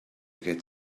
get